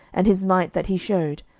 and his might that he shewed,